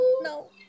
No